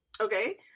Okay